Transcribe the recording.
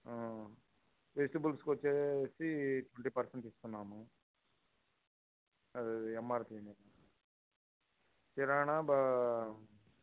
వెజిటేబుల్స్కు వచ్చి twenty percent ఇస్తున్నాము అదే అది ఎమ్ఆర్పీ మీద కిరాణా బా